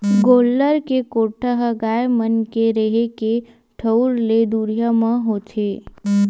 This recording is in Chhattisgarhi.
गोल्लर के कोठा ह गाय मन के रेहे के ठउर ले दुरिया म होथे